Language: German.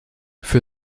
für